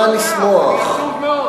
אני לא שמח, אני עצוב מאוד.